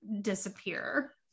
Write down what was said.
disappear